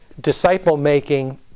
disciple-making